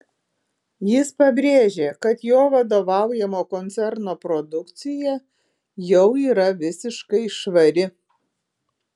jis pabrėžė kad jo vadovaujamo koncerno produkcija jau yra visiškai švari